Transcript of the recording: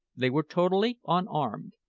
they were totally unarmed,